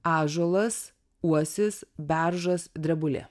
ąžuolas uosis beržas drebulė